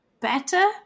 better